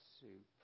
soup